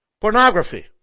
Pornography